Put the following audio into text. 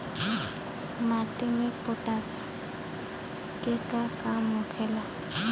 माटी में पोटाश के का काम होखेला?